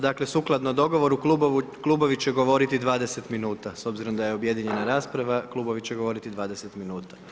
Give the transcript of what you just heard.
Dakle sukladno dogovoru klubovi će govoriti 20 minuta, s obzirom da je objedinjena rasprava, klubovi će govoriti 20 minuta.